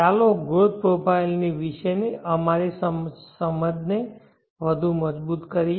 ચાલો growth profiles વિશેની અમારી સમજણને વધુ મજબૂત કરીએ